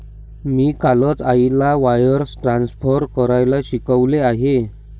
मी कालच आईला wires transfer करायला शिकवले आहे